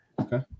Okay